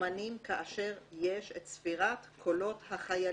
שמזומנים כאשר יש את ספירת קולות החיילים.